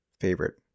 favorite